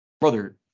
Brother